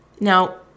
Now